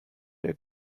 der